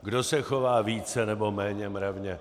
Kdo se chová více, nebo méně mravně?